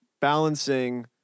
balancing